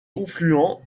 confluent